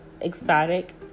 exotic